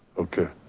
okay.